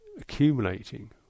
accumulating